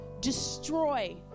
destroy